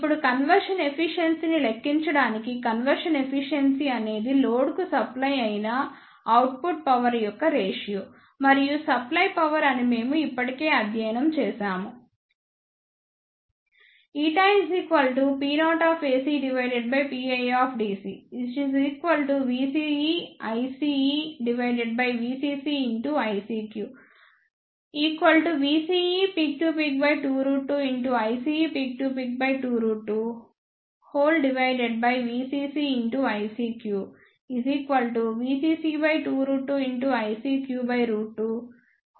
ఇప్పుడు conversion efficiency ని లెక్కించడానికి కన్వర్షన్ ఎఫిషియెన్సీ అనేది లోడ్కు సప్ప్లై అయిన అవుట్పుట్ పవర్ యొక్క రేషియో మరియు సప్ప్లై పవర్ అని మేము ఇప్పటికే అధ్యయనం చేసాము ηP0PiVce